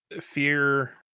fear